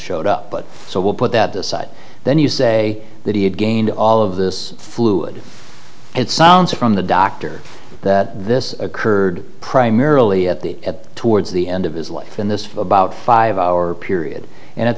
showed up but so we'll put that aside then you say that he had gained all of this fluid it sounds from the doctor that this occurred primarily at the at towards the end of his life in this about five hour period and it